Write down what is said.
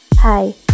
Hi